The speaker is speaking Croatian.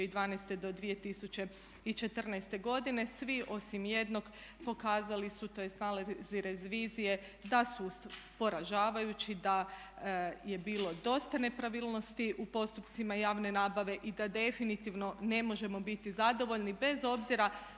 2012. do 2014. godine. Svi osim jednog pokazali su tj. nalazi revizije da su poražavajući, da je bilo dosta nepravilnosti u postupcima javne nabave i da definitivno ne možemo biti zadovoljni bez obzira